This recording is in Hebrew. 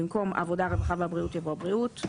במקום "העבודה הרווחה תרומת והבריאות" יבוא "הבריאות".